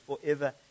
forever